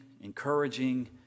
Encouraging